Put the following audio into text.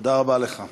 תודה רבה לך.